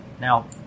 Now